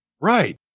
Right